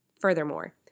Furthermore